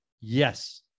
Yes